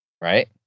right